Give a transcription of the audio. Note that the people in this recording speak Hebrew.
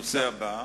הנושא הבא.